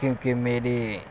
کیونکہ میری